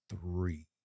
three